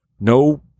No